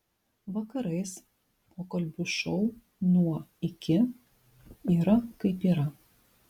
vakarais pokalbių šou nuo iki yra kaip yra